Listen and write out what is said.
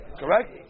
correct